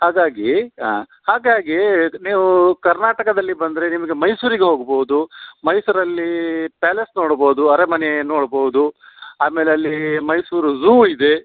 ಹಾಗಾಗಿ ಆಂ ಹಾಗಾಗಿ ನೀವು ಕರ್ನಾಟಕದಲ್ಲಿ ಬಂದರೆ ನಿಮಗೆ ಮೈಸೂರಿಗೆ ಹೋಗ್ಬೋದು ಮೈಸೂರಲ್ಲಿ ಪ್ಯಾಲೇಸ್ ನೋಡ್ಬೋದು ಅರಮನೆ ನೋಡ್ಬೋದು ಆಮೇಲೆ ಅಲ್ಲಿ ಮೈಸೂರು ಝೂ ಇದೆ